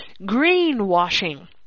Greenwashing